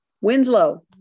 Winslow